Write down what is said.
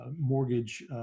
Mortgage